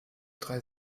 drei